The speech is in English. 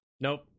nope